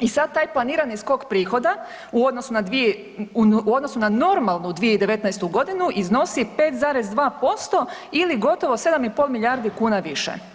i sad taj planirani skok prihoda u odnosu na normalnu 2019. godinu iznosi 5,2% ili gotovo 7,5 milijardi kuna više.